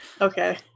Okay